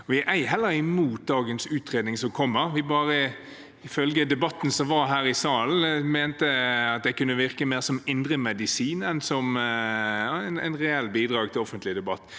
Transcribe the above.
Vi er ei heller imot dagens utredning som kommer, vi bare mente at det – etter debatten som var her i salen – kunne virke mer som indremedisin enn som et reelt bidrag til offentlig debatt.